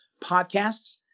podcasts